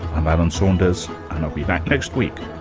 i'm alan saunders and i'll be back next week